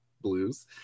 Blues